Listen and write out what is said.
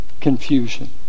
confusion